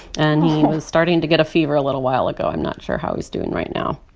and he was starting to get a fever a little while ago. i'm not sure how he's doing right now